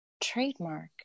trademark